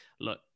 look